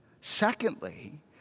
Secondly